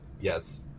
Yes